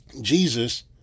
Jesus